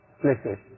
places